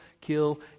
kill